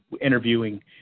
interviewing